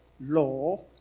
law